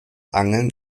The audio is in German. angeln